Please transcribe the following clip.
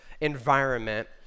environment